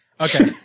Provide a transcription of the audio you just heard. Okay